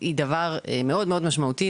היא דבר משמעותי מאוד,